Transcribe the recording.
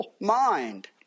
mind